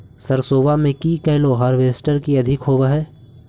सरसोबा मे की कैलो हारबेसटर की अधिक होब है?